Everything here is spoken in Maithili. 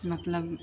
मतलब